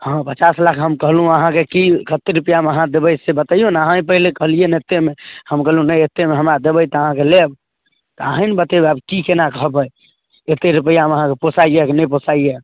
हँ पचास लाख हम कहलहुँ अहाँके कि कतेक रुपैआमे अहाँ देबै से बतैऔ ने अहीँ पहिले कहलिए एतेकमे हम कहलहुँ नहि एतेकमे हमरा देबै तऽ अहाँके लेब तऽ अहीँ ने बतेबै आब कि कोना कहबै एतेक रुपैआमे अहाँके पोसाइए कि नहि पोसाइए